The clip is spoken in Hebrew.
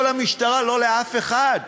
לא למשטרה ולא לאף אחד.